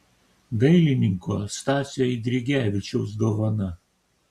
dailininko stasio eidrigevičiaus dovana